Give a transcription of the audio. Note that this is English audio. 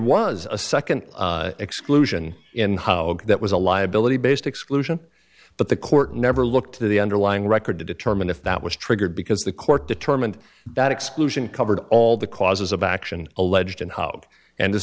was a second exclusion and how that was a liability based exclusion but the court never looked to the underlying record to determine if that was triggered because the court determined that exclusion covered all the causes of action alleged and how and